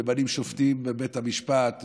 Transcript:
ממנים שופטים בבית המשפט,